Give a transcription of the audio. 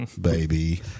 baby